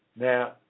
Now